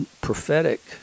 prophetic